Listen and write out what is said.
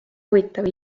huvitav